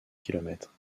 kilomètres